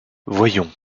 voyons